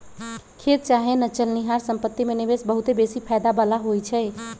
खेत चाहे न चलनिहार संपत्ति में निवेश बहुते बेशी फयदा बला होइ छइ